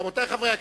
רבותי חברי הכנסת,